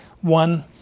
One